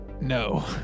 No